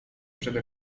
przede